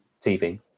TV